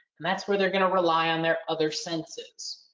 and that's where they're going to rely on their other senses.